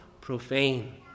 profane